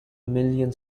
million